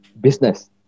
business